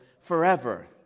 forever